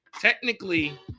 Technically